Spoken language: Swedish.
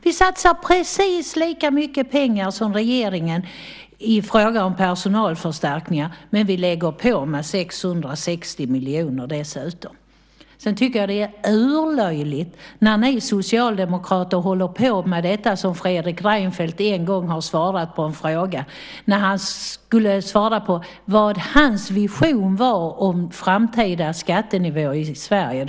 Vi satsar precis lika mycket pengar som regeringen i fråga om personalförstärkningar. Men vi lägger dessutom till 660 miljoner. Det är urlöjligt när ni socialdemokrater håller på med det som Fredrik Reinfeldt en gång har svarat på. Han skulle svara på vad hans vision var om framtida skattenivåer i Sverige.